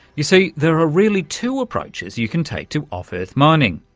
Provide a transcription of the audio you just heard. you see, there are really two approaches you can take to off-earth mining.